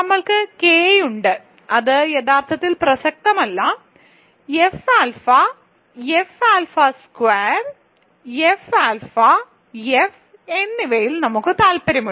നമ്മൾക്ക് കെ ഉണ്ട് അത് യഥാർത്ഥത്തിൽ പ്രസക്തമല്ല F alpha F alpha square F alpha F എന്നിവയിൽ നമ്മൾക്ക് താൽപ്പര്യമുണ്ട്